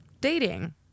dating